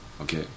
okay